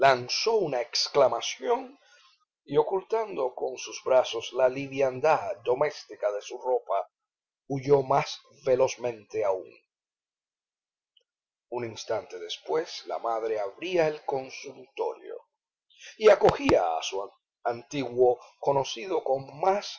lanzó una exclamación y ocultando con sus brazos la liviandad doméstica de su ropa huyó más velozmente aún un instante después la madre abría el consultorio y acogía a su antiguo conocido con más